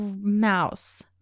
Mouse